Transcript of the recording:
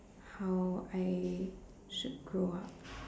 how I should grow up